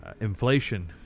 Inflation